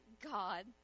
God